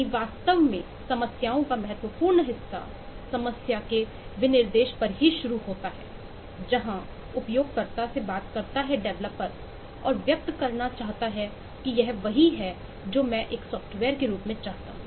कई वास्तव में समस्याओं का महत्वपूर्ण हिस्सा समस्या के विनिर्देश पर ही शुरू होता है जहां उपयोगकर्ता से बात करता है डेवलपर और व्यक्त करना चाहता है कि यह वही है जो मैं एक सॉफ्टवेयर के रूप में चाहता हूं